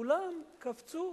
כולם קפצו